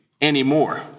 anymore